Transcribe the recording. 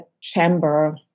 chamber